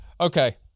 Okay